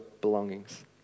belongings